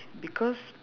because